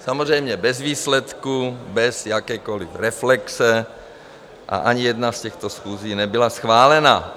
Samozřejmě bez výsledku, bez jakékoliv reflexe, a ani jedna z těchto schůzí nebyla schválena.